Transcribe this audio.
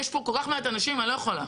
יש פה כל כך מעט אנשים, אני לא יכולה.